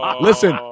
listen